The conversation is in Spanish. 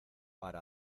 para